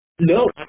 No